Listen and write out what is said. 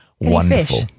wonderful